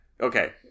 Okay